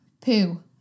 poo